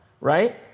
Right